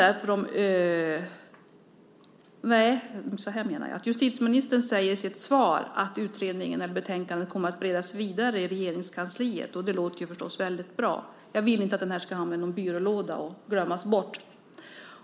Herr talman! Justitieministern säger i sitt svar att utredningen kommer att beredas vidare i Regeringskansliet. Det låter förstås väldigt bra. Jag vill inte att den ska hamna i någon byrålåda och glömmas bort.